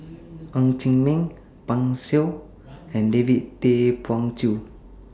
Ng Chee Meng Pan Shou and David Tay Poey Cher